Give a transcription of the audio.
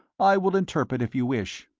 i will interpret if you wish.